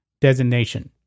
designation